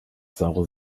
saure